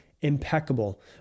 impeccable